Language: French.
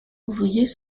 ouvriers